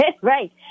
Right